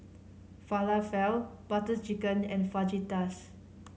Falafel Butter Chicken and Fajitas